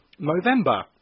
Movember